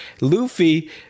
luffy